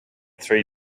three